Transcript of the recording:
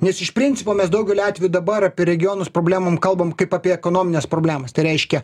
nes iš principo mes daugeliu atvejų dabar apie regionus problemom kalbam kaip apie ekonomines problemas tai reiškia